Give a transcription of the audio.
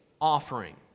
offering